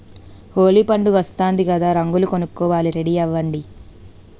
హోలీ పండుగొస్తోంది కదా రంగులు కొనుక్కోవాలి రెడీ అవ్వండి